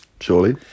Surely